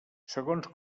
segons